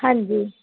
ਹਾਂਜੀ